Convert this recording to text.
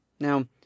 Now